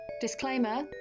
Disclaimer